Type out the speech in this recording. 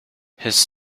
his